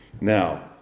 Now